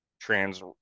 trans